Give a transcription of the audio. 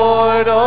Lord